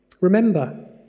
Remember